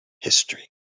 history